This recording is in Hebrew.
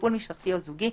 טיפול משפחתי או זוגי,